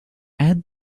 add